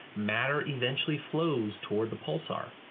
matter eventually flows toward the pulsar.